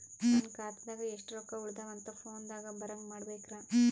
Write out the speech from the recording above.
ನನ್ನ ಖಾತಾದಾಗ ಎಷ್ಟ ರೊಕ್ಕ ಉಳದಾವ ಅಂತ ಫೋನ ದಾಗ ಬರಂಗ ಮಾಡ ಬೇಕ್ರಾ?